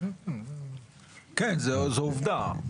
זו עובדה.